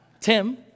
Tim